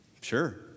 Sure